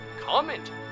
comment